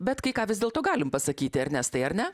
bet kai ką vis dėlto galim pasakyti ernestai ar ne